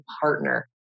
partner